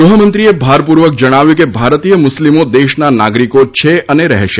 ગૃહમંત્રીએ ભારપૂર્વક જણાવ્યું કે ભારતીય મુસ્લિમો દેશના નાગરિકો છે અને રહેશે